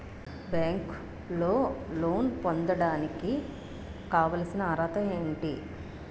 బ్యాంకులో లోన్ పొందడానికి కావాల్సిన అర్హత ఏంటి?